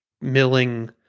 milling